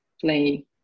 play